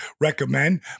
recommend